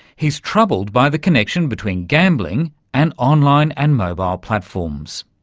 he's troubled by the connection between gambling and online and mobile platforms.